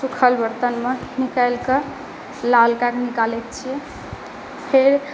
सुखल बरतन मे निकालि कऽ लाल कऽ निकालै छियै फेर